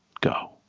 go